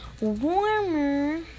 warmer